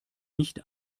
nicht